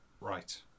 Right